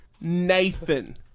Nathan